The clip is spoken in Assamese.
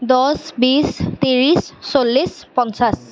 দহ বিছ ত্ৰিছ চল্লিছ পঞ্চাছ